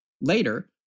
Later